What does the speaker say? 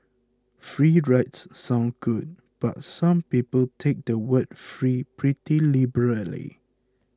free rides sound good but some people take the word free pretty liberally